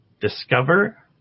discover